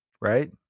right